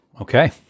Okay